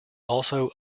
also